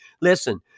Listen